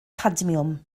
cadmiwm